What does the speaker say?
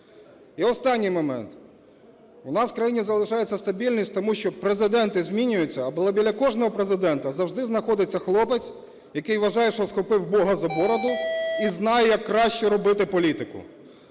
І останній момент. У нас в країні залишається стабільність, тому що президенти змінюються, а біля кожного Президента завжди знаходиться хлопець, який вважає, що схопив Бога за бороду і знає, як краще робити політику.